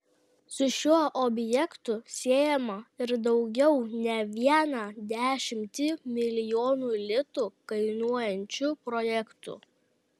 su šiuo objektu siejama ir daugiau ne vieną dešimtį milijonų litų kainuojančių projektų